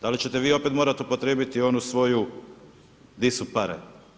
Da li ćete vi opet morati upotrijebiti onu svoju di su pare?